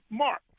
mark